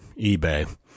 eBay